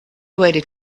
waited